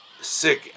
sick